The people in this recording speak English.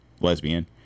lesbian